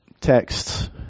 texts